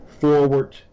forward